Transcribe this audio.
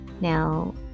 Now